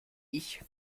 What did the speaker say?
ich